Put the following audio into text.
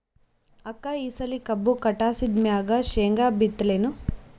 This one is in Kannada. ಅಕ್ಕ ಈ ಸಲಿ ಕಬ್ಬು ಕಟಾಸಿದ್ ಮ್ಯಾಗ, ಶೇಂಗಾ ಬಿತ್ತಲೇನು?